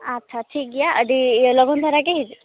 ᱟᱪᱷᱟ ᱴᱷᱤᱠ ᱜᱮᱭᱟ ᱟᱹᱰᱤ ᱞᱚᱜᱚᱱ ᱫᱷᱟᱨᱟ ᱜᱮ ᱦᱤᱡᱩᱜ